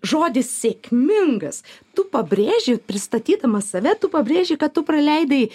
žodį sėkmingas tu pabrėži pristatydamas save tu pabrėži kad tu praleidai